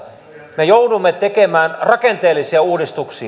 me joudumme tekemään rakenteellisia uudistuksia